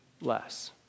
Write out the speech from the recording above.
less